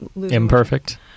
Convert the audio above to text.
Imperfect